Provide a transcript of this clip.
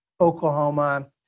Oklahoma